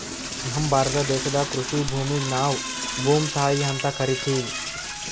ನಮ್ ಭಾರತ ದೇಶದಾಗ್ ಕೃಷಿ ಭೂಮಿಗ್ ನಾವ್ ಭೂಮ್ತಾಯಿ ಅಂತಾ ಕರಿತಿವ್